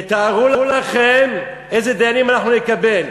תתארו לכם איזה דיינים אנחנו נקבל.